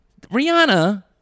rihanna